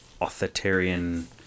authoritarian